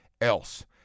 else